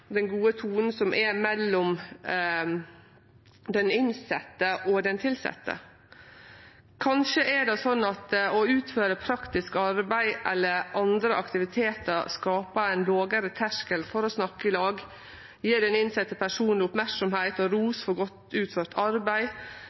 mellom den innsette og den tilsette. Kanskje er det sånn at å utføre praktisk arbeid eller andre aktivitetar skapar ein lågare terskel for å snakke i lag og gje den innsette personen merksemd og ros for godt utført arbeid.